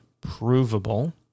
provable